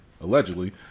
allegedly